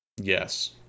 yes